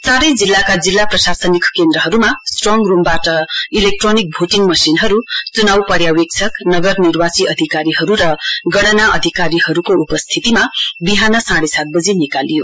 चारै जिल्लाका जिल्ला प्रशासनिक केन्द्रहरूमा स्ट्रङ रूमबाट इलेक्ट्रोनिक भोटिङ मशिनहरू च्नाउ पर्यावेक्षक नगर निर्वाची अधिकारीहरू र गणना अधिकारीहरूको उपस्थितिमा बिहान साँडे सात बजी निकालियो